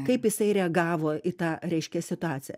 kaip jisai reagavo į tą reiškia situaciją